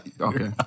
Okay